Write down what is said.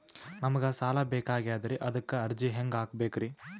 ನಮಗ ಸಾಲ ಬೇಕಾಗ್ಯದ್ರಿ ಅದಕ್ಕ ಅರ್ಜಿ ಹೆಂಗ ಹಾಕಬೇಕ್ರಿ?